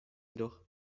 jedoch